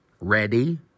ready